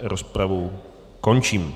Rozpravu končím.